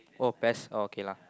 oh pest oh okay lah